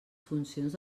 funcions